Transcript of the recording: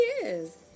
yes